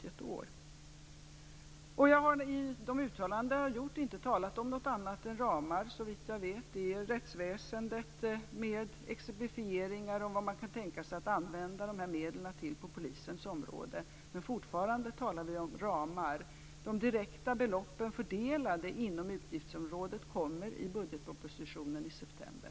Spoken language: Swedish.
I de uttalanden som jag har gjort har jag, såvitt jag vet, inte talat om något annat än ramar. Det har handlat om rättsväsendet med exemplifieringar av vad man kan tänkas använda de här medlen till inom polisens område, men fortfarande talar vi om ramar. De direkta beloppen fördelade inom utgiftsområdet kommer i budgetpropositionen i september.